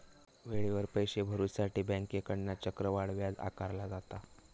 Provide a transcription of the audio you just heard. वेळेवर पैशे भरुसाठी बँकेकडना चक्रवाढ व्याज आकारला जाता